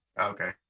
Okay